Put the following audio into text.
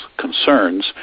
concerns